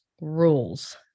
rules